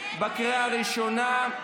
בקריאה ראשונה.